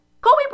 Kobe